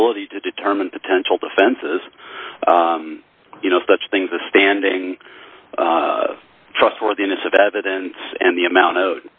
ability to determine potential defenses you know such things a standing trustworthiness of evidence and the amount of